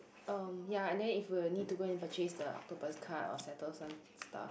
um ya and then if we need to go and purchase the purpose card or settle some stuff